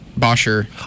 Bosher